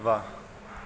वाहु